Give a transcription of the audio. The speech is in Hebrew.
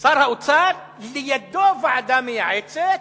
שר האוצר, לידו ועדה מייעצת,